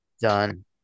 Done